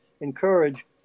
encourage